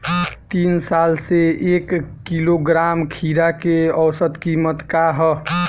तीन साल से एक किलोग्राम खीरा के औसत किमत का ह?